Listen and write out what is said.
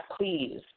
please